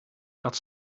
dat